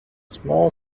small